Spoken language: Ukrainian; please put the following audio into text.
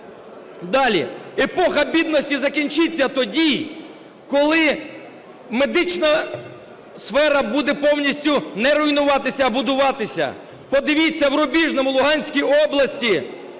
Далі. Епоха бідності закінчиться тоді, коли медична сфера буде повністю не руйнуватися, а будуватися. Подивіться, в Рубіжному Луганської області